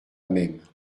même